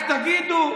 רק תגידו,